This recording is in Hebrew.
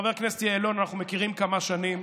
חבר הכנסת יעלון, אנחנו מכירים כמה שנים.